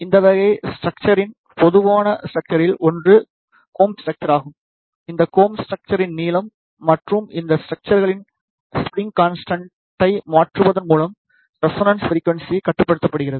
இந்த வகை ஸ்ட்ரக்சரின் பொதுவான ஸ்ட்ரக்சரில் ஒன்று கோம்ப் ஸ்டக்ச்சர் ஆகும் அங்கு கோம்ப் ஸ்டரக்ச்சரின் நீளம் மற்றும் இந்த ஸ்டரக்ச்சர்களின் ஸ்ப்ரிங் கான்ஸ்டன்டை மாற்றுவதன் மூலம் ரெசோனன்ஸ் ஃபிரிக்குவன்ஸி கட்டுப்படுத்தப்படுகிறது